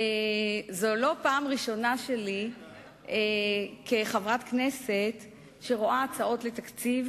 זו לא הפעם הראשונה שלי כחברת הכנסת שרואה הצעות לתקציב,